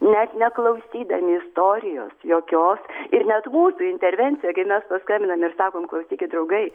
net neklausydami istorijos jokios ir net mūsų intervencija kai mes paskambinam ir sakom klausykit draugai